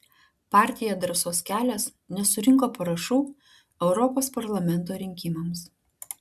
partija drąsos kelias nesurinko parašų europos parlamento rinkimams